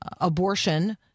abortion